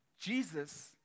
Jesus